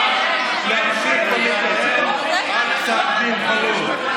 החוק שמאפשר לראש הממשלה להמשיך ולכהן עד פסק דין חלוט.